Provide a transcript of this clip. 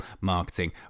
Marketing